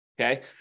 okay